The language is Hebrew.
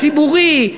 הציבורי,